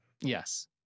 Yes